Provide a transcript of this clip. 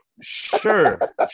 Sure